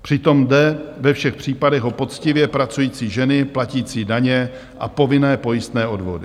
Přitom jde ve všech případech o poctivě pracující ženy platící daně a povinné pojistné odvody.